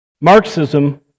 Marxism